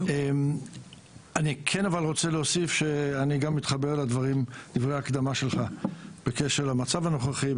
אני רוצה להוסיף שאני גם מתחבר לדברי ההקדמה שלך בקשר למצב הנוכחי,